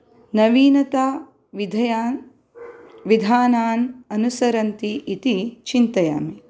नवीनता विधयान् विधानान् अनुसरन्ति इति चिन्तयामि